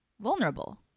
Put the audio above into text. vulnerable